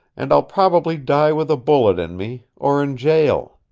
and i'll probably die with a bullet in me, or in jail.